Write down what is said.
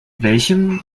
welchem